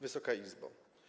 Wysoka Izbo!